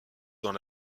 dans